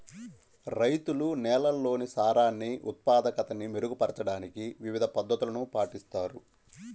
రైతులు నేలల్లోని సారాన్ని ఉత్పాదకతని మెరుగుపరచడానికి వివిధ పద్ధతులను పాటిస్తారు